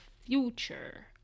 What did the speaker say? future